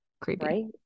creepy